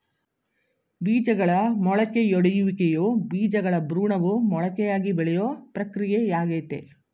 ಬೀಜಗಳ ಮೊಳಕೆಯೊಡೆಯುವಿಕೆಯು ಬೀಜಗಳ ಭ್ರೂಣವು ಮೊಳಕೆಯಾಗಿ ಬೆಳೆಯೋ ಪ್ರಕ್ರಿಯೆಯಾಗಯ್ತೆ